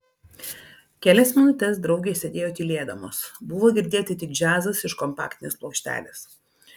kelias minutes draugės sėdėjo tylėdamos buvo girdėti tik džiazas iš kompaktinės plokštelės